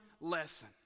lesson